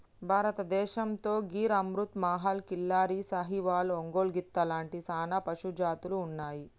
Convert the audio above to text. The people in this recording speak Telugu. భారతదేసంతో గిర్ అమృత్ మహల్, కిల్లారి, సాహివాల్, ఒంగోలు గిత్త లాంటి సానా పశుజాతులు ఉన్నాయి